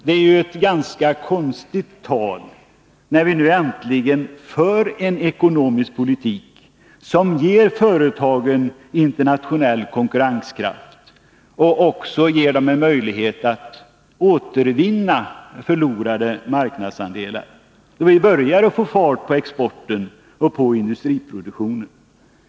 Det är ett ganska konstigt tal när vi nu äntligen för en ekonomisk politik som ger företagen intenationell konkurrenskraft och också ger dem en möjlighet att återvinna förlorade marknadsandelar. Vi börjar ju nu få fart på exporten och på industriproduktionen.